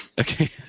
Okay